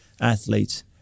athletes